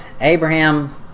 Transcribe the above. Abraham